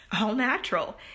all-natural